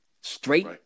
straight